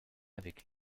avec